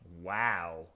Wow